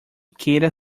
queira